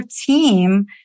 team